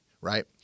right